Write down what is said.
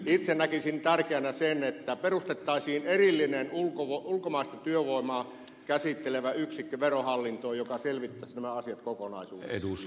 itse näkisin tärkeänä sen että perustettaisiin verohallintoon erillinen ulkomaista työvoimaa käsittelevä yksikkö joka selvittäisi nämä asiat kokonaisuudessaan